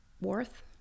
worth